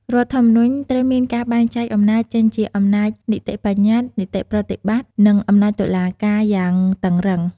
រដ្ឋធម្មនុញ្ញ ត្រូវមានការបែងចែកអំណាច ចេញជា អំណាចនីតិបញ្ញត្តិ អំណាចនីតិប្រតិបត្តិ និងអំណាចតុលាការ យ៉ាងតឹងរ៉ឹង។